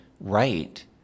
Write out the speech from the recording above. right